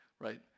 Right